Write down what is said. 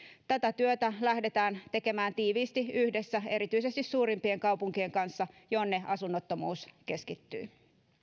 tätä työtä lähdetään tekemään tiiviisti yhdessä erityisesti suurimpien kaupunkien kanssa joihin asunnottomuus keskittyy